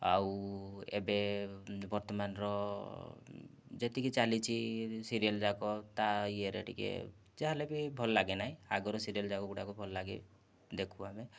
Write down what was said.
ଆଉ ଏବେ ବର୍ତ୍ତମାନର ଯେତିକି ଚାଲିଛି ସିରିଏଲ୍ ଯାକ ତା ଇଏରେ ଟିକେ ଯାହା ହେଲେ ବି ଭଲ ଲାଗେ ନାହିଁ ଆଗରୁ ସିରିଏଲ୍ ଯାକ ଭଲ ଲାଗେ ଦେଖୁ ଆମେ